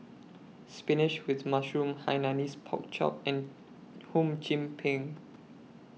Spinach with Mushroom Hainanese Pork Chop and Hum Chim Peng